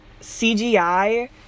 CGI